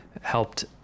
helped